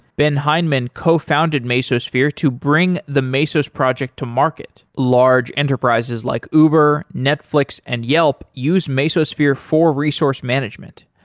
ben hindman cofounded mesosphere to bring the mesos project to market. large enterprises like uber, netflix and yelp use mesosphere for resource management.